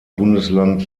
bundesland